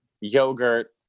yogurt